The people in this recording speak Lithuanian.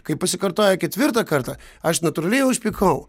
kai pasikartojo ketvirtą kartą aš natūraliai užpykau